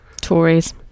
Tories